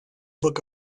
book